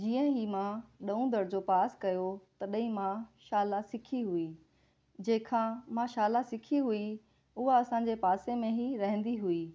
जीअं ई मां ॾह दर्जो पास कयो तॾहिं मां शाला सिखी हुई जंहिंखां मां शाला सिखी हुई उहा असांजे पासे में ई रहंदी हुई